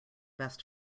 best